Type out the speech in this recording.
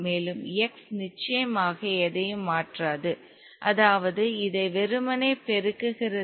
மேலும் x நிச்சயமாக எதையும் மாற்றாது அதாவது இதை வெறுமனே பெருக்குகிறது